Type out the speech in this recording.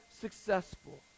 successful